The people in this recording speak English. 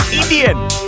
Indian